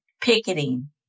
picketing